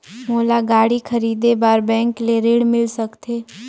मोला गाड़ी खरीदे बार बैंक ले ऋण मिल सकथे?